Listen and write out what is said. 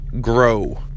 Grow